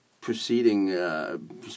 preceding